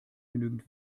genügend